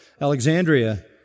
Alexandria